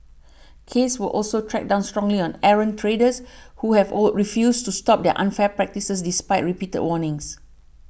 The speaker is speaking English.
case will also crack down strongly on errant traders who have refused to stop their unfair practices despite repeated warnings